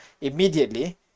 Immediately